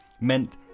meant